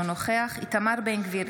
אינו נוכח איתמר בן גביר,